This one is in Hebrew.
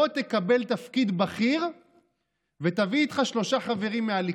בוא תקבל תפקיד בכיר ותביא איתך שלושה חברים מהליכוד.